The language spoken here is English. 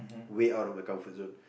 way out of the comfort zone